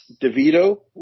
DeVito